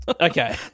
Okay